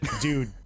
dude